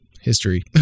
history